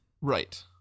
Right